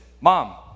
Mom